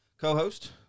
co-host